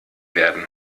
werden